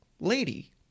Lady